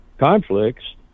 conflicts